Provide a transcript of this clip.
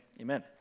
Amen